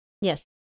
Yes